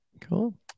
Cool